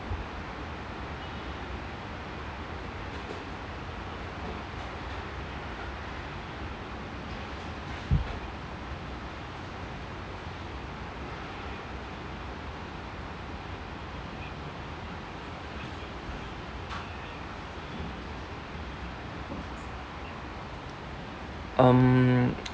um